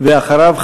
ואחריו,